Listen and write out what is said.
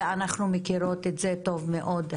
ואנחנו מכירות את זה טוב מאוד,